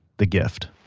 the gift.